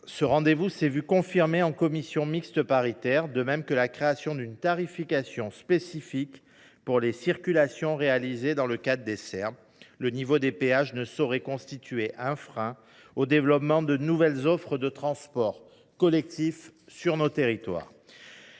Ce rendez vous a été confirmé en commission mixte paritaire, de même que la création d’une tarification spécifique pour les circulations réalisées dans le cadre des Serm. Le niveau des péages ne saurait constituer un frein au développement de nouvelles offres de transport collectif dans nos territoires.